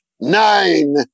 nine